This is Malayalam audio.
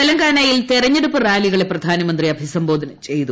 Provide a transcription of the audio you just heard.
തെലങ്കാനയിൽ തെര്യ്ണ്ടുപ്പ് റാലികളെ പ്രധാനമന്ത്രി അഭിസംബോധന ച്ചെയ്തു